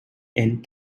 and